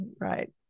right